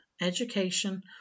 education